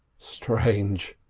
strange!